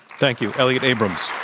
thank you, elliot abrams.